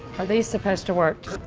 are these supposed to work?